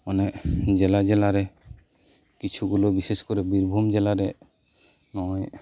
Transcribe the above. ᱚᱱᱮ ᱡᱮᱞᱟ ᱡᱮᱞᱟᱨᱮ ᱠᱤᱪᱷᱩᱜᱩᱞᱚ ᱵᱤᱥᱮᱥ ᱠᱚᱨᱮ ᱵᱤᱨᱵᱷᱩᱢ ᱡᱮᱞᱟᱨᱮ ᱱᱚᱜ ᱚᱭ